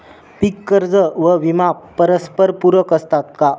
पीक कर्ज व विमा परस्परपूरक असतात का?